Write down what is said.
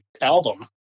album